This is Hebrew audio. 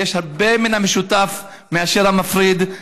ויש הרבה מן המשותף מאשר המפריד.